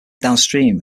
downstream